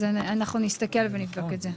אז אנחנו נסתכל ונבדוק את זה.